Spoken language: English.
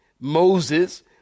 Moses